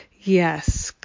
yes